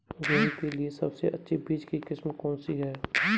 गेहूँ के लिए सबसे अच्छी बीज की किस्म कौनसी है?